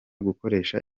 gukoresha